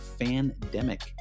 Fandemic